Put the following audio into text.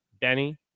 Benny